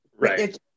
Right